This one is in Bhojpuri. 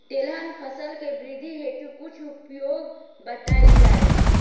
तिलहन फसल के वृद्धी हेतु कुछ उपाय बताई जाई?